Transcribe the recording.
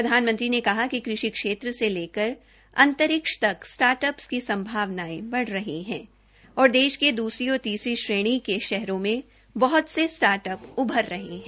प्रधानमंत्री ने कहा कि कृषि क्षेत्र से लेकर अंतरिक्ष तक स्टार्ट अप्स की संभावनाएं बढ रही हैं औश्र देश की दूसरी और तीसरी श्रेणी के शहरों में उभर रहे हैं